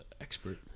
expert